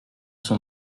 son